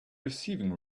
receiving